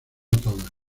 todas